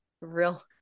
Real